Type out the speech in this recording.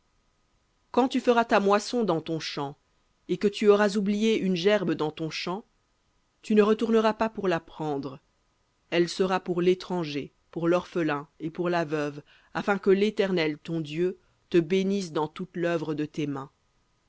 quand tu feras ta moisson dans ton champ et que tu auras oublié une gerbe dans ton champ tu ne retourneras pas pour la prendre elle sera pour l'étranger pour l'orphelin et pour la veuve afin que l'éternel ton dieu te bénisse dans toute l'œuvre de tes mains